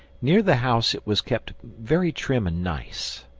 near the house it was kept very trim and nice,